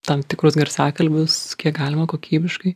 tam tikrus garsiakalbius kiek galima kokybiškai